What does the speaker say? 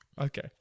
Okay